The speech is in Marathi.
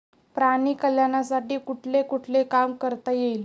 प्राणी कल्याणासाठी कुठले कुठले काम करता येईल?